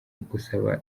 gusaba